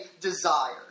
desire